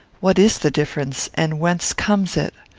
what is the difference, and whence comes it?